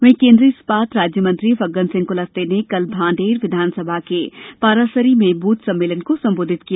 वहीं केन्द्रीय इस्पात राज्यमंत्री फग्गन सिंह कुलस्ते ने कल भांडेर विधानसभा के पारासरी में बूथ सम्मेलन को संबोधित किया